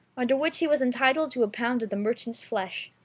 under which he was entitled to a pound of the merchant's flesh.